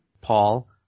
Paul